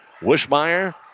Wishmeyer